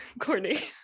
Courtney